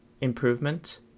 improvement